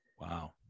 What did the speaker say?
wow